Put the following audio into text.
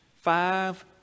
five